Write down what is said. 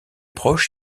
proche